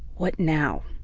what now?